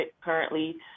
currently